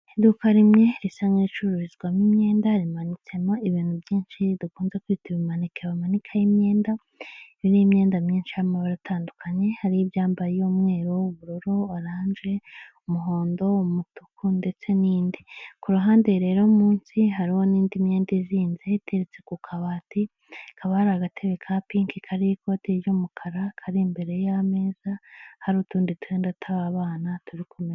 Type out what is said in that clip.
Iduka rimwe risa n'icururizwamo imyenda rimanitsemo ibintu byinshi dukunze kwitaba ibimaneke bamanikaho imyenda, biriho imyenda myinshi y'amabara atandukanye, hariho ibyambaye umweru, ubururu, oranje, umuhondo, umutuku ndetse n'indi, ku ruhande rero munsi hariho n'indi myenda izinze iteretse ku kabati, hakaba hari agatebe ka pinki kariho ikote ry'umukara, kari imbere y'ameza, hariho utundi twenda w'abana turi ku meza.